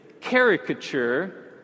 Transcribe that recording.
caricature